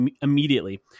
immediately